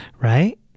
right